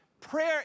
Prayer